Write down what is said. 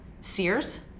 Sears